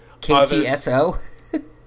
KTSO